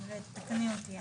ותקני אותי,